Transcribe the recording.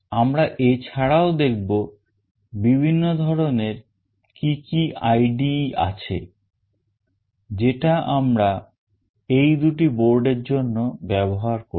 আমরা এছাড়াও দেখব বিভিন্ন ধরনের কি কি IDE আছে যেটা আমরা এই দুটি board এর জন্য ব্যবহার করব